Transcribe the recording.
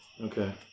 Okay